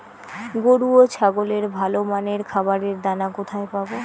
গরু ও ছাগলের ভালো মানের খাবারের দানা কোথায় পাবো?